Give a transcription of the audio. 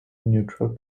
neutral